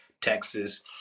texas